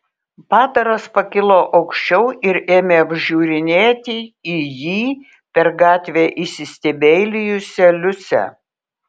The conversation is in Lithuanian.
padaras pakilo aukščiau ir ėmė apžiūrinėti į jį per gatvę įsistebeilijusią liusę